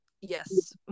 yes